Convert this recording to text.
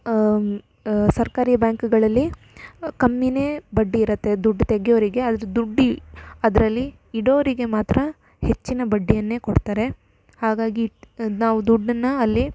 ಸರ್ಕಾರಿ ಬ್ಯಾಂಕ್ಗಳಲ್ಲಿ ಕಮ್ಮಿಯೇ ಬಡ್ಡಿ ಇರುತ್ತೆ ದುಡ್ಡು ತೆಗಿಯೋರಿಗೆ ಆದರೆ ದುಡ್ಡು ಅದರಲ್ಲಿ ಇಡೋರಿಗೆ ಮಾತ್ರ ಹೆಚ್ಚಿನ ಬಡ್ಡಿಯನ್ನೇ ಕೊಡ್ತಾರೆ ಹಾಗಾಗಿ ನಾವು ದುಡ್ಡನ್ನು ಅಲ್ಲಿ